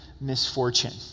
misfortune